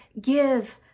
give